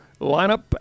lineup